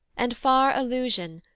and far allusion,